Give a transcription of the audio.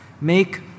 make